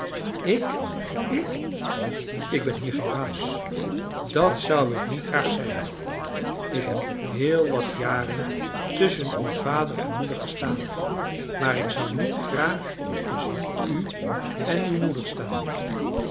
ik ik ik ben hier geen baas dat zou ik niet graag zijn ik neb heel wat jaren tusschen uw vader en moeder gestaan maar ik zou niet graag tusschen u en uw moeder staan